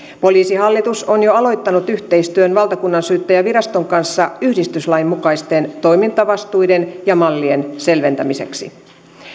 poliisihallitus on jo aloittanut yhteistyön valtakunnansyyttäjänviraston kanssa yhdistyslain mukaisten toimintavastuiden ja mallien selventämiseksi